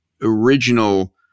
original